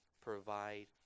provide